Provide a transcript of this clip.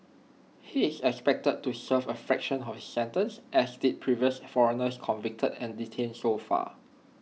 he is expected to serve A fraction of his sentence as did previous foreigners convicted and detained so far